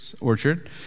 orchard